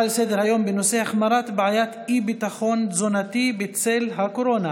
החמרת בעיית האי-ביטחון התזונתי בצל הקורונה,